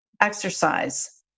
exercise